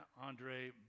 Andre